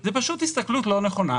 זה פשוט הסתכלות לא נכונה.